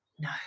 no